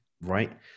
Right